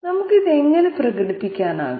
നമുക്ക് ഇത് എങ്ങനെ പ്രകടിപ്പിക്കാനാകും